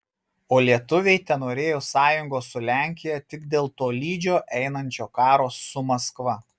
o lietuviai tenorėjo sąjungos su lenkija tik dėl tolydžio einančio karo su maskva